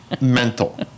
mental